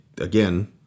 again